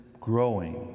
growing